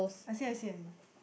I see I see I see